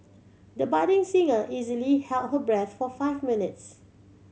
the budding singer easily held her breath for five minutes